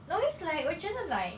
no it's like 我觉得 like